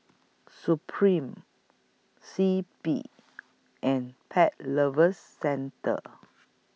Supreme C P and Pet Lovers Centre